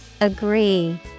Agree